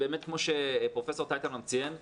כמו שפרופ' טייטלבאום ציין,